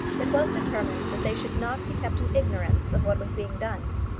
it was determined that they should not be kept in ignorance of what was being done.